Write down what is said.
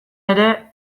ere